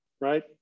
right